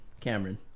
Cameron